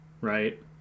right